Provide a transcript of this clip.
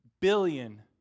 billion